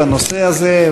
בנושא הזה,